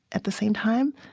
at the same time,